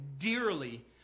dearly